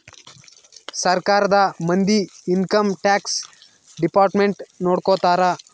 ಸರ್ಕಾರದ ಮಂದಿ income tax department ನೊಡ್ಕೋತರ